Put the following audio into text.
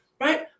right